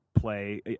play